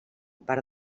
part